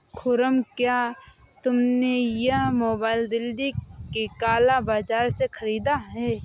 खुर्रम, क्या तुमने यह मोबाइल दिल्ली के काला बाजार से खरीदा है?